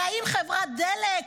והאם חברת דלק,